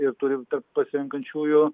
ir turi tarp pasitinkančiųjų